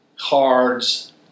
cards